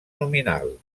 nominal